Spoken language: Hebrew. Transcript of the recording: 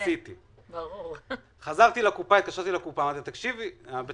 חזרתי לקופה וביקשתי משהו